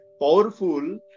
powerful